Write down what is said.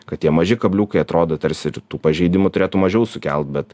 kad tie maži kabliukai atrodo tarsi ir tų pažeidimų turėtų mažiau sukelt bet